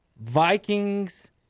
Vikings